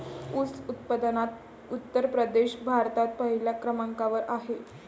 ऊस उत्पादनात उत्तर प्रदेश भारतात पहिल्या क्रमांकावर आहे